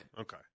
okay